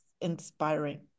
inspiring